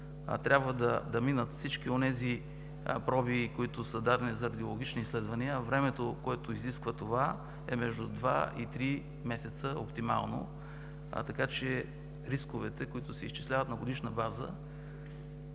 трябва да минат всички онези проби, които са дадени за радиологични изследвания, а времето, което изисква това, е между два и три месеца оптимално. Така че рисковете, които се изчисляват на годишна база,